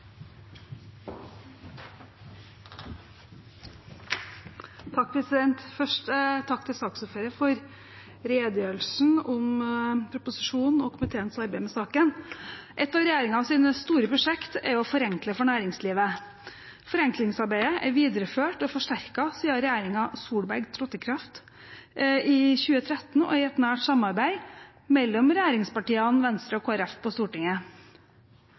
Først takk til saksordføreren for redegjørelsen om proposisjonen og komiteens arbeid med saken. Ett av regjeringens store prosjekt er å forenkle for næringslivet. Forenklingsarbeidet er videreført og forsterket siden regjeringen Solberg tiltrådte i 2013 – i et nært samarbeid mellom regjeringspartiene, Venstre og Kristelig Folkeparti på Stortinget.